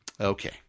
Okay